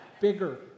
Bigger